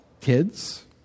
kids